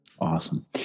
Awesome